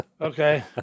Okay